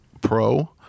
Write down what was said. Pro